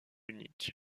unique